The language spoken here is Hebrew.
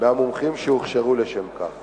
מהמומחים שהוכשרו לשם כך,